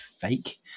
fake